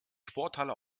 sporthalle